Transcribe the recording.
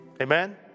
Amen